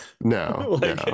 no